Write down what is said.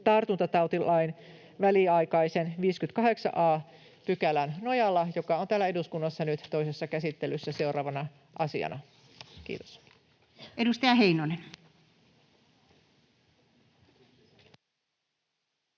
tartuntatautilain väliaikaisen 58 a §:n nojalla, joka on täällä eduskunnassa nyt toisessa käsittelyssä seuraavana asiana. — Kiitos. [Speech